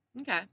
okay